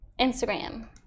Instagram